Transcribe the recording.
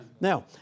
Now